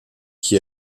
qui